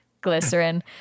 Glycerin